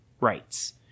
rights